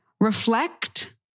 Reflect